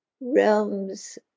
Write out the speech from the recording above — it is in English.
realms